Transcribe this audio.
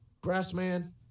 Grassman